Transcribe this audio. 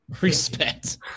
Respect